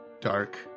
dark